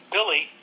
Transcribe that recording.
Billy